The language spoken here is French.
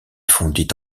fondit